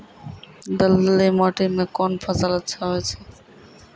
दलदली माटी म कोन फसल अच्छा होय छै?